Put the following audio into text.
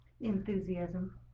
Enthusiasm